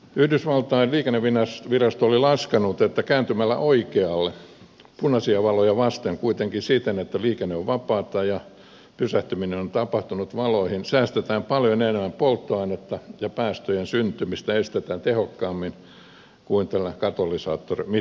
yhdysvaltain liikennevirasto oli laskenut että kääntymällä oikealle punaisia valoja vasten kuitenkin siten että liikenne on vapaata ja pysähtyminen on tapahtunut valoihin säästetään paljon enemmän polttoainetta ja estetään päästöjen syntymistä tehokkaammin kuin tällä katalysaattorimittauksella